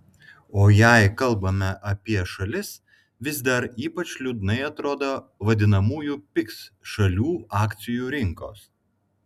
o jei kalbame apie šalis vis dar ypač liūdnai atrodo vadinamųjų pigs šalių akcijų rinkos